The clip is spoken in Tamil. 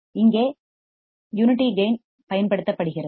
இங்கே யூனிட்டி கேயின் ஆம்ப்ளிபையர் பயன்படுத்தப்படுகிறது